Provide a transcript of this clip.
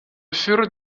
furent